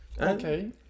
okay